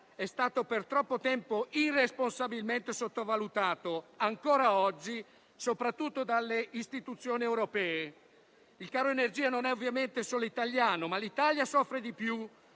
è stato per troppo tempo irresponsabilmente sottovalutato e lo è ancora oggi, soprattutto dalle istituzioni europee. Il caro energia non è ovviamente solo italiano, ma l'Italia soffre di più